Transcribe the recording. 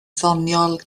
ddoniol